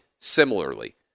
similarly